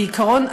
בעיקרון,